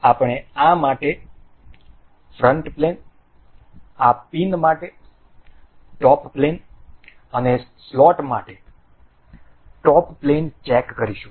આપણે આ માટે ફ્રન્ટ પ્લેન આ પિન માટે ટોપ પ્લેન અને સ્લોટ માટે ટોપ પ્લેન ચેક કરીશું